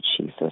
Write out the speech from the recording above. Jesus